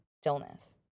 stillness